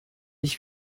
ich